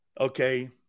Okay